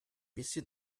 bisschen